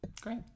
great